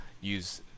use